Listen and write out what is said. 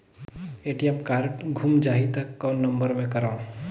ATM card गुम जाही त कौन नम्बर मे करव?